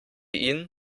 ihn